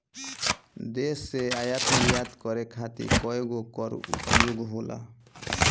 देश से आयात निर्यात करे खातिर कार्गो कअ उपयोग होला